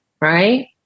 right